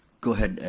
go ahead,